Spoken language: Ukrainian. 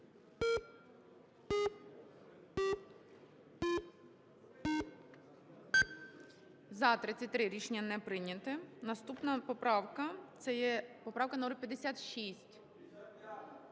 За-33 Рішення не прийнято. Наступна поправка - це є поправка номер 56.